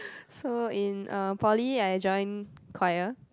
so in uh poly I joined choir